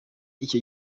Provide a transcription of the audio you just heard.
icyo